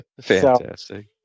Fantastic